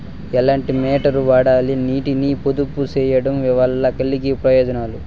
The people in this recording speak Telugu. ఎట్లాంటి మోటారు వాడాలి, నీటిని పొదుపు సేయడం వల్ల కలిగే ప్రయోజనాలు?